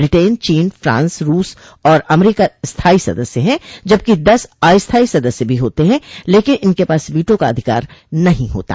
Britain चीन France रूस और अमरीका स्थायी सदस्य हैं जबकि दस अस्थायी सदस्य भी होते हैं लेकिन इनके पास वीटो का अधिकार नहीं होता